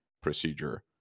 procedure